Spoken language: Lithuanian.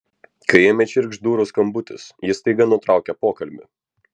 kai ėmė čirkšt durų skambutis ji staiga nutraukė pokalbį